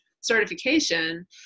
certification